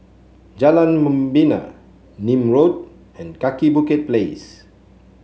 Jalan Membina Nim Road and Kaki Bukit Place